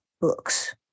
books